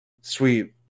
Sweet